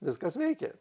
viskas veikia